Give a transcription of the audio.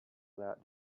that